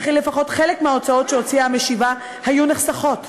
וכי לפחות חלק מההוצאות שהוציאה המשיבה היו נחסכות.